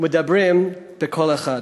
ומדברים בקול אחד.